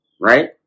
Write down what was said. right